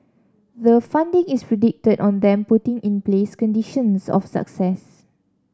the funding is predicated on them putting in place conditions of success